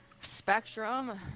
Spectrum